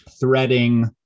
threading